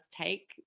take